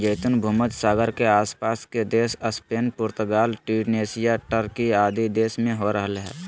जैतून भूमध्य सागर के आस पास के देश स्पेन, पुर्तगाल, ट्यूनेशिया, टर्की आदि देश में हो रहल हई